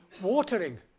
Watering